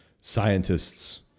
scientists